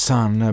Sun